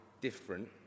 different